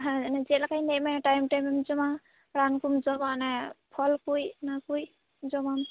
ᱦᱮᱸ ᱮᱱᱮ ᱪᱮᱫᱞᱮᱠᱟ ᱧ ᱞᱟ ᱭᱟᱫ ᱢᱮᱭᱟ ᱴᱟᱭᱤᱢ ᱴᱟᱭᱤᱢᱮᱢ ᱡᱚᱢᱟ ᱨᱟᱱᱠᱚᱢ ᱡᱚᱢᱟ ᱮᱱᱮ ᱯᱷᱚᱞ ᱠᱩᱡ ᱱᱟ ᱠᱩᱡ ᱡᱚᱢᱟᱢ